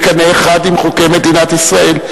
עולים בקנה אחד עם חוקי מדינת ישראל.